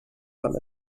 from